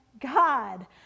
God